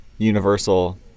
Universal